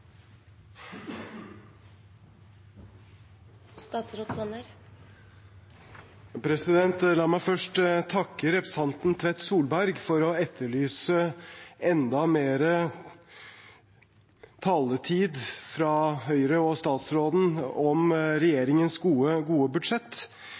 La meg først takke representanten Tvedt Solberg for å etterlyse enda mer taletid fra Høyre og statsråden om